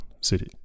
city